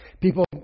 People